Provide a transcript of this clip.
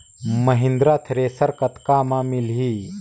Mahindra thresher कतका म मिलही?